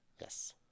Yes